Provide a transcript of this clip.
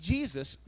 Jesus